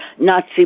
Nazi